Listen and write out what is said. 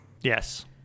Yes